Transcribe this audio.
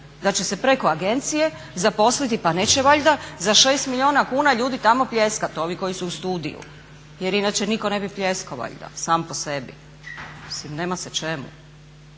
da će se preko agencije zaposliti. Pa neće valjda za 6 milijuna kuna ljudi tamo pljeskati, ovi koji su u studiju jer inače nitko ne bi pljeskao valjda sam po sebi. Mislim nema se čemu.